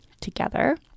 together